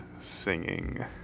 singing